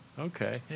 Okay